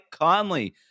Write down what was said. Conley